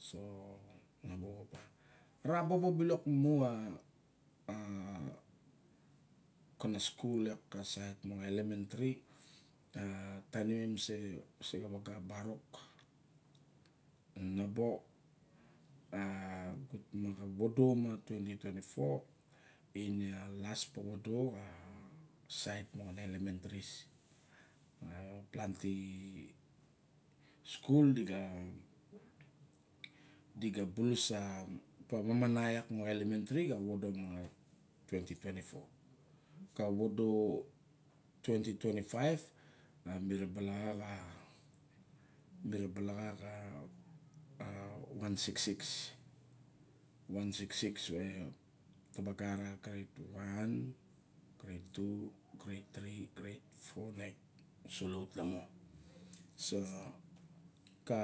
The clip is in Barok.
So na bobo apa, ra bobo bilok mu xa a kana skul iak, ka sait mixa elementary. Ta taim i mem mi sa ilep o loxa a barok na bo a vovodo mo twenty twenty-four ine a las povodo xa siat moxa na elementaries. Ma planti skul di ga di ga bulus a mamana iak moxa elementaries ka vovodo ma twenty twenty-four. Ka vovodo twenty twenty-five a mi ra ba laxa xa, mi ra ba laxa xa one six six. One six six me ta ba gat a grade one, grade two, grade three, grade four ma uso laut lamo. So ka